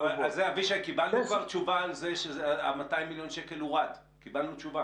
קיבלנו תשובה שה-200 מיליון שקלים הורדו.